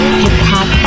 hip-hop